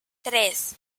tres